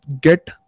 get